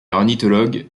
ornithologue